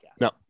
No